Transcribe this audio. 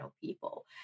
people